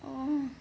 oh